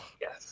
yes